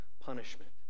punishment